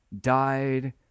died